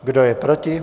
Kdo je proti?